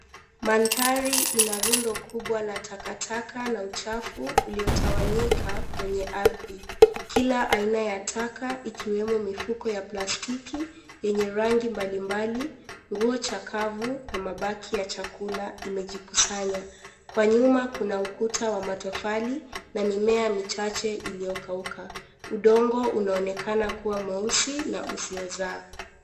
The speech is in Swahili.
Mandhari ina rundo kubwa la takataka na uchafu uliotawanyika kwenye ardhi. Kila aina ya taka ikiwemo mifuko ya pastiki yenye rangi mbalimbali nguo cha kavu na mabaki ya chakula imejikusanya. Kwa nyuma kuna ukuta wa matofali na mimea michache iliyokauka, udongo unaonekana kuwa mweusi na usiozaa.